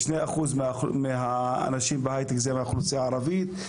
2% מהאנשים בהייטק זה מהאוכלוסייה הערבית,